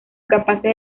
capaces